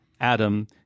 Adam